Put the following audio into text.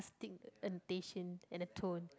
annotation and the tone